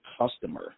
customer